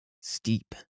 steep